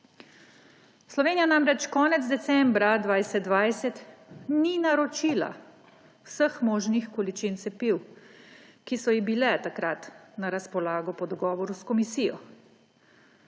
Slovenija namreč konec decembra 2020 ni naročila vseh možnih količin cepiv, ki so ji bile takrat na razpolago po dogovoru s komisijo.